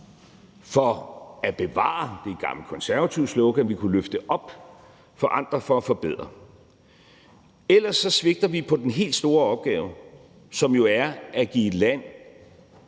for at bevare. Det er et gammelt konservativt slogan, som vi kunne løfte op til at være at forandre for at forbedre. Ellers svigter vi den helt store opgave, som jo er at give et land